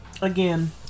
Again